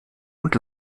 und